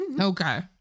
Okay